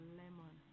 lemon